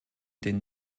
den